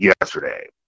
yesterday